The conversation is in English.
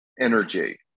energy